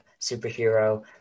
superhero